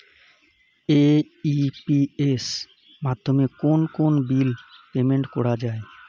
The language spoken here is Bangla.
এ.ই.পি.এস মাধ্যমে কোন কোন বিল পেমেন্ট করা যায়?